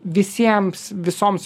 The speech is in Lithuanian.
visiems visoms